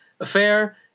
affair